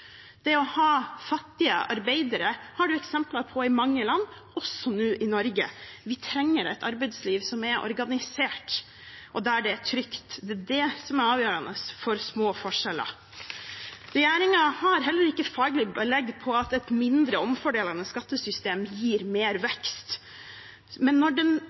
Det å ha fattige arbeidere har en eksempler på i mange land, også nå i Norge. Vi trenger et arbeidsliv som er organisert, der det er trygt. Det er det som er avgjørende for små forskjeller. Regjeringen har heller ikke faglig belegg for at et mindre omfordelende skattesystem gir større vekst, men når den